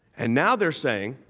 and now they are saying,